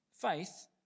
faith